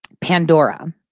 Pandora